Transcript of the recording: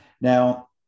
Now